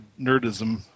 nerdism